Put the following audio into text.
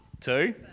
Two